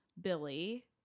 billy